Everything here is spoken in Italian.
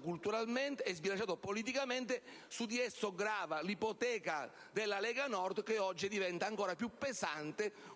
culturalmente e politicamente. Su di esso grava l'ipoteca della Lega Nord, un'ipoteca che oggi diventa ancora più pesante